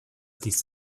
dies